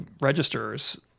registers